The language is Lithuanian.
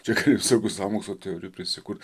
čia visokių sąmokslo teorijų prisikuri